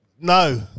No